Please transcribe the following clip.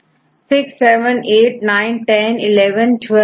इसके लिए हम पहले Gका नंबर लेंगे